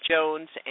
Jones